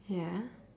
ya